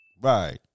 Right